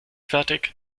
fertig